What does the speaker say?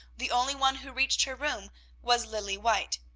the only one who reached her room was lilly white.